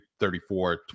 34